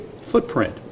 footprint